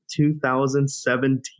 2017